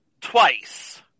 twice